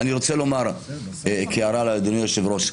אדוני היושב-ראש,